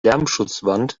lärmschutzwand